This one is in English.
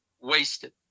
wasted